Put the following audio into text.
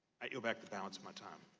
i yield back the balance of my time.